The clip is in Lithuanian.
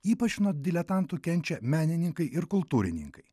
ypač nuo diletantų kenčia menininkai ir kultūrininkai